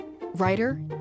writer